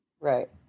Right